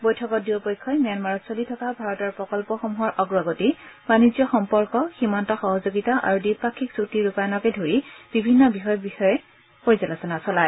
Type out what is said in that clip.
বৈঠকত দুয়ো পক্ষই ম্যানমাৰত চলি থকা ভাৰতৰ প্ৰকল্পসমূহৰ অগ্ৰগতি বাণিজ্য সম্পৰ্ক সীমান্ত সহযোগিতা আৰু দ্বিপাক্ষিক চুক্তি ৰূপায়ণকে ধৰি বিভিন্ন বিষয়ে পৰ্যালোচনা চলায়